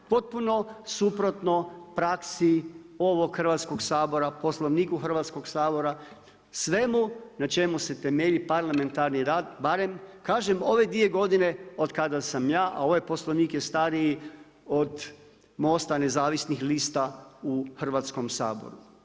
Potpuno suprotno praksi ovog Hrvatskog sabora, Poslovniku Hrvatskog saboru, svemu na čemu se temelji parlamentarni rad barem kažem ove 2 godine od kada sam ja a ovaj Poslovnik je stariji od MOST-a nezavisnih lista u Hrvatskom saboru.